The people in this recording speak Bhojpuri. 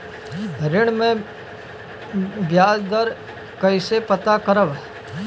ऋण में बयाज दर कईसे पता करब?